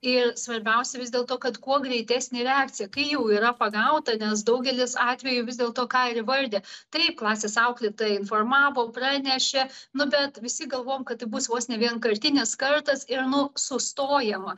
ir svarbiausia vis dėl to kad kuo greitesnė reakcija kai jau yra pagauta nes daugelis atvejų vis dėlto ką ir įvardija taip klasės auklėtoja informavo pranešė nu bet visi galvojom kad tai bus vos ne vienkartinis kartas ir nu sustojama